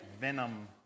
Venom